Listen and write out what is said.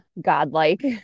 godlike